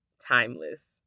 timeless